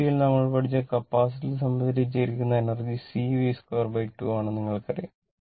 DC ൽ നമ്മൾ പഠിച്ച കപ്പാസിറ്ററിൽ സംഭരിച്ചിരിക്കുന്ന എനർജി C V2 2 ആണെന്ന് നിങ്ങൾക്കറിയാം